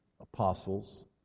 apostles